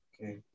Okay